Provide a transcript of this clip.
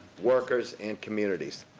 workers, and communities.